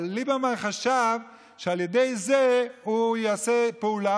אבל ליברמן חשב שעל ידי זה הוא יעשה פעולה,